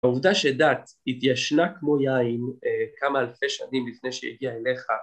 העובדה שדת התיישנה כמו יין כמה אלפי שנים לפני שהגיעה אליך